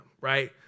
right